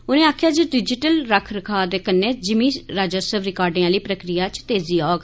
उनें आक्खेआ जे डिजिटल रख रखाव दे कन्नै ज़िमी राजस्व रिकार्डें आली प्रक्रिया च तेजी औग